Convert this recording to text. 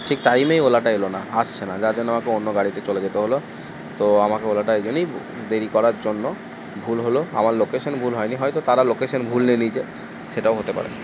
ঠিক টাইমেই ওলাটা এলো না আসছে না যার জন্য আমাকে অন্য গাড়িতে চলে যেতে হলো তো আমাকে ওলাটা এই জন্যই দেরি করার জন্য ভুল হলো আমার লোকেশান ভুল হয় নি হয়তো তারা লোকেশান ভুল নিয়ে নিয়েছে সেটাও হতে পারে